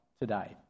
today